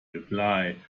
reply